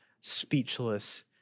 speechless